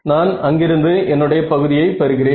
நான் அங்கு இருந்து என்னுடைய பகுதியை பெறுகிறேன்